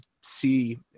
see